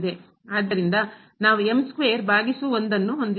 ಆದ್ದರಿಂದ ನಾವು ಭಾಗಿಸು 1 ಹೊಂದಿದ್ದೇವೆ